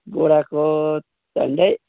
बोराको झन्डै